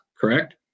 correct